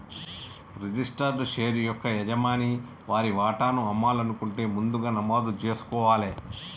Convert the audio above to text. registered share యొక్క యజమాని వారి వాటాను అమ్మాలనుకుంటే ముందుగా నమోదు జేసుకోవాలే